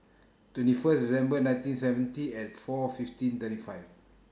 twenty First December nineteen seventy and four fifteen thirty five